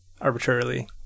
arbitrarily